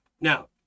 Now